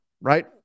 right